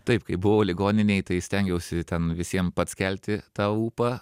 taip kai buvau ligoninėj tai stengiausi ten visiem pats kelti tą ūpą